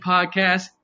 Podcast